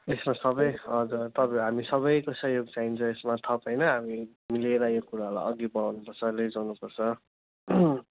यसमा सबै हजुर तपाईँ हामी सबैको सहयोग चाहिन्छ यसमा थप होइन हामी मिलेर यो कुरालाई अघि बढाउनुपर्छ लैजानुपर्छ